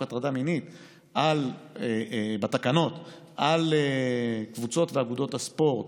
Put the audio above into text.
הטרדה מינית בתקנות על קבוצות ואגודות הספורט,